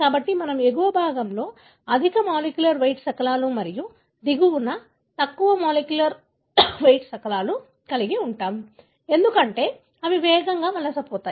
కాబట్టి మనము ఎగువ భాగంలో అధిక మాలిక్యులర్ వెయిట్ శకలాలు మరియు దిగువన తక్కువ మాలిక్యులర్ వెయిట్ శకలాలు కలిగి ఉంటాము ఎందుకంటే అవి వేగంగా వలసపోతాయి